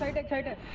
so dakota